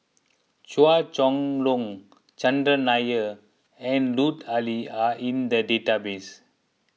Chua Chong Long Chandran Nair and Lut Ali are in the database